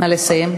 נא לסיים.